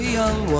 young